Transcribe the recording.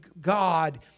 God